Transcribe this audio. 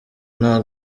nta